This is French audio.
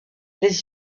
les